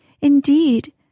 indeed